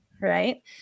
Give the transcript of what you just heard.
Right